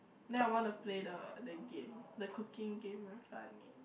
then I wanna play the the game the cooking game very fun